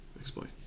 Explain